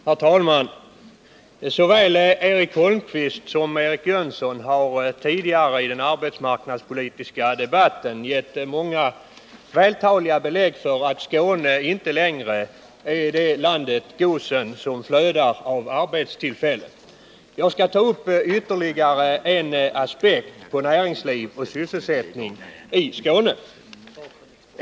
Herr talman! Såväl Eric Holmqvist som Eric Jönsson har tidigare i den arbetsmarknadspolitiska debatten gett många vältaliga belägg för att Skåne inte längre är det landet Gosen som flödar av arbetstillfällen. Jag skall ta upp ytterligare en aspekt på näringsliv och sysselsättning i Skåne.